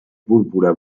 púrpura